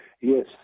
yes